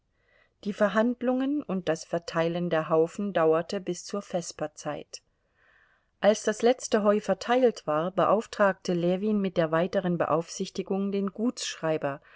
die verhandlungen und das verteilen der haufen dauerte bis zur vesperzeit als das letzte heu verteilt war beauftragte ljewin mit der weiteren beaufsichtigung den gutsschreiber